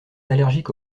allergique